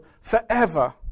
forever